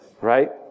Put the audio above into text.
right